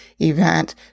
event